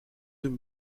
deux